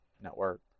Network